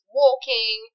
walking